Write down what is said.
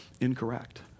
Incorrect